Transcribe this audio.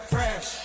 Fresh